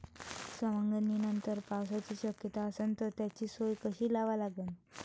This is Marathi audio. सवंगनीनंतर पावसाची शक्यता असन त त्याची सोय कशी लावा लागन?